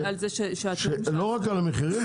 לא רק על המחירים,